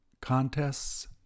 contests